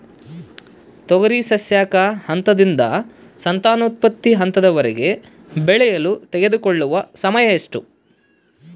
ತೊಗರಿ ಸಸ್ಯಕ ಹಂತದಿಂದ ಸಂತಾನೋತ್ಪತ್ತಿ ಹಂತದವರೆಗೆ ಬೆಳೆಯಲು ತೆಗೆದುಕೊಳ್ಳುವ ಸಮಯ ಎಷ್ಟು?